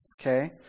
Okay